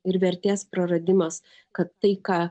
ir vertės praradimas kad tai ką